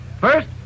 First